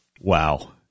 wow